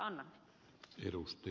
arvoisa puhemies